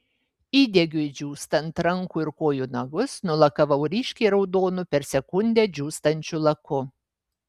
įdegiui džiūstant rankų ir kojų nagus nulakavau ryškiai raudonu per sekundę džiūstančių laku